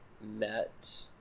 Met